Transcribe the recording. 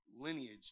lineage